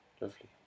Lovely